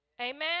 Amen